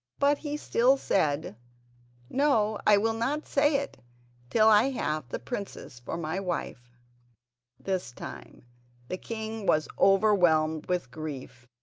but he still said no i will not say it till i have the princess for my wife this time the king was overwhelmed with grief,